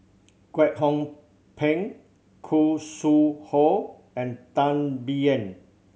Kwek Hong Png Khoo Sui Hoe and Tan Biyun